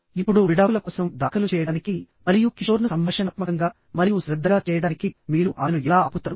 ఇప్పుడు విడాకుల కోసం దాఖలు చేయడానికి మరియు కిషోర్ను సంభాషణాత్మకంగా మరియు శ్రద్ధగా చేయడానికి మీరు ఆమెను ఎలా ఆపుతారు